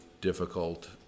difficult